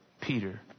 Peter